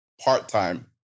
part-time